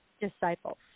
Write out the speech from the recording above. Disciples